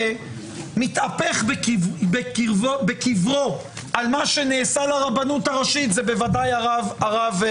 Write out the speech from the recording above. שמתהפך בקברו על מה שנעשה לרבנות הראשית זה בוודאי הרב ניסים.